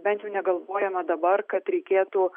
bent jau negalvojama dabar kad reikėtų